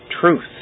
Truth